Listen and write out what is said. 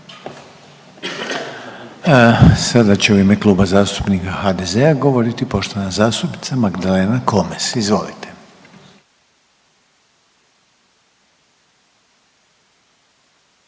Sada će u ime Kluba zastupnika HDZ-a govoriti poštovana zastupnica Magdalena Komes, izvolite.